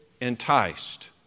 enticed